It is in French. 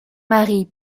marie